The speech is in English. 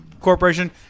Corporation